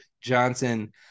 Johnson